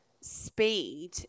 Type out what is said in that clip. speed